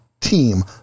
team